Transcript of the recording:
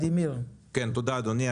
תודה אדוני,